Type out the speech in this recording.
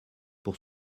pour